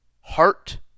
Heart